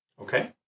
Okay